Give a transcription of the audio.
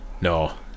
No